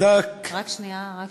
צדק, רק שנייה, רק